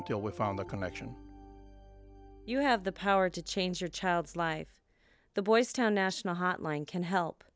until we found the connection you have the power to change your child's life the boy's town national hotline can